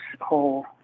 whole